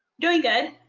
doing good.